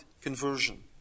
Conversion